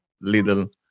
little